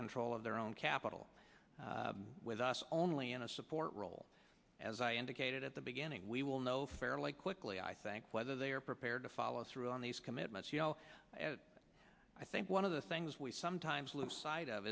control of their own capital with us only in a support role as i indicated at the beginning we will know fairly quickly i think whether they are prepared to follow through on these commitments yell at i think one of the things we sometimes lose sight of